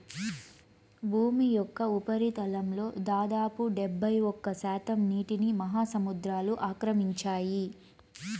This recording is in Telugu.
భూమి యొక్క ఉపరితలంలో దాదాపు డెబ్బైఒక్క శాతం నీటిని మహాసముద్రాలు ఆక్రమించాయి